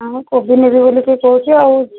ମୁଁ କୋବି ନେବି ବୋଲିକି କହୁଛି ଆଉ